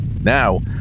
Now